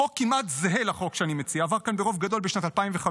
חוק כמעט זהה לחוק שאני מציע עבר כאן ברוב גדול בשנת 2015,